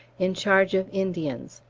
in charge of indians.